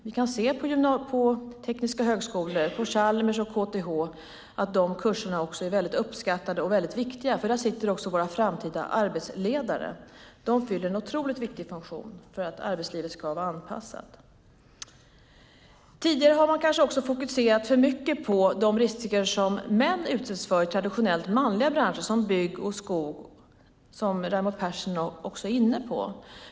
Vi kan se på tekniska högskolor, på Chalmers och KTH, att de kurserna är väldigt uppskattade och viktiga, för där sitter också våra framtida arbetsledare. De fyller en otroligt viktig funktion för att arbetslivet ska vara anpassat till arbetsmiljökraven. Tidigare har man kanske fokuserat för mycket på de brister som män utsätts för i traditionellt manliga branscher som bygg och skog, som Raimo Pärssinen också är inne på.